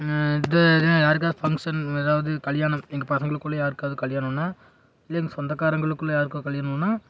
இது இது யாருக்காவது ஃபங்சன் ஏதாவது கல்யாணம் எங்கள் பசங்களுக்குள்ளே யாருக்காவது கல்யாணுன்னால் இல்லை எங்கள் சொந்தகாரங்களுக்குள்ளே யாருக்கோ கல்யாணுன்னால்